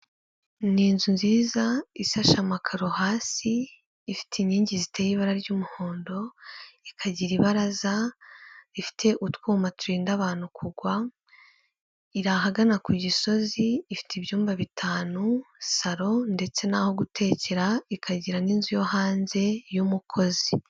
Ni inzu nziza isashe amakaro hasi, ifite inkingi ziteye ibara ry'umuhondo, ikagira ibaraza rifite utwuma turinda abantu kugwa, iri ahagana ku Gisozi, ifite ibyumba bitanu, salo ndetse n’aho gutekera, ikagira n'inzu yo hanze y'umukozi.